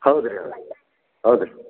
ಹೌದು ರೀ ಹೌದು ರೀ ಹೌದು ರೀ